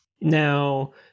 Now